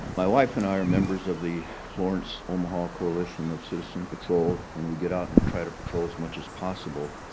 my wife and i are members of the florence omaha coalition of citizen patrol, and we get out and try to patrol as much as possible.